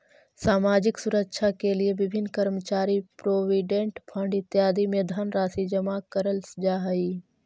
सामाजिक सुरक्षा के लिए विभिन्न कर्मचारी प्रोविडेंट फंड इत्यादि में धनराशि जमा करल जा हई